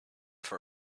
for